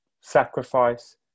sacrifice